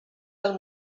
del